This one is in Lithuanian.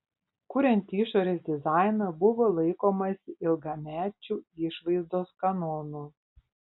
kuriant išorės dizainą buvo laikomasi ilgamečių išvaizdos kanonų